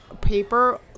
paper